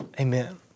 Amen